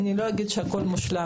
לא אגיד שהכול מושלם.